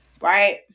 right